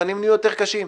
המבחנים נהיו יותר קשים.